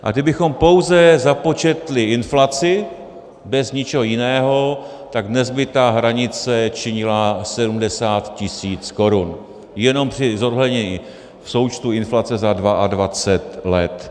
A kdybychom pouze započetli inflaci bez ničeho jiného, tak dnes by ta hranice činila 70 tisíc korun jenom při zohlednění součtu inflace za 22 let.